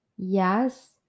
Yes